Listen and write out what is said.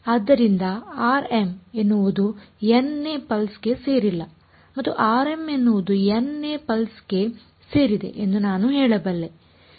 ಆದ್ದರಿಂದ rm ಎನ್ನುವುದು n ನೇ ಪಲ್ಸ್ ಗೆ ಸೇರಿಲ್ಲ ಮತ್ತು rm ಎನ್ನುವುದು n ನೇ ಪಲ್ಸ್ ಗೆ ಸೇರಿದೆ ಎಂದು ನಾನು ಹೇಳಬಲ್ಲೆ